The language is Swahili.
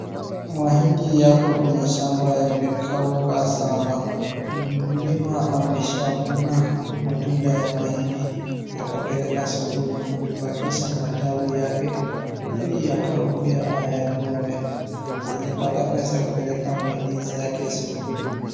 Mahindi yako kwenye shamba yamekauka sana. Mkulima ameshavuna matunda ya mahindi akapeleka sokoni. Amebakisha matawi yake ili yakauke ayang'oe. Alipata pesa kupeleka mahindi zake sokoni.